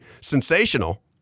sensational